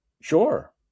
sure